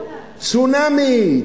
צונאמי,